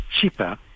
cheaper